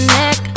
neck